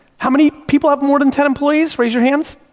how many people have more than ten employees, raise your hands.